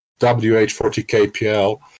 WH40KPL